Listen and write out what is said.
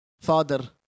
father